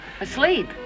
Asleep